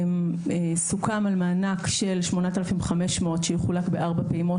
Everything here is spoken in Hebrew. סוכם על מענק של 8,500 שיחולק בארבע פעימות,